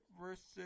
versus